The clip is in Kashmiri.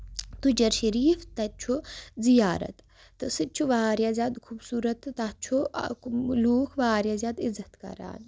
تُجر شریٖف تَتہِ چھُ زِیارت تہٕ سُہ تہِ چھُ واریاہ زیادٕ خوٗبصوٗرت تہٕ تَتھ چھُ اکھ لوٗکھ واریاہ زیادٕ عِزت کران